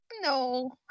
No